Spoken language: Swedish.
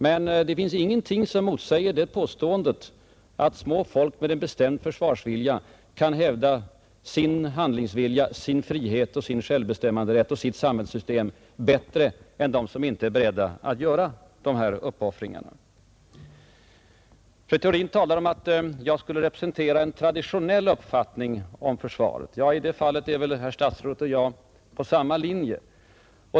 Men det finns ingenting som motsäger påståendet att små folk med en bestämd försvarsvilja kan hävda sin handlingsvilja, sin frihet, sin självbestämmanderätt och sitt samhällssystem bättre än de som inte är beredda att göra uppoffringar. Fru Theorin talar om att jag skulle representera ”en traditionell uppfattning” om försvaret. I det fallet följer herr statsrådet och jag samma linje.